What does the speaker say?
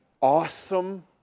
awesome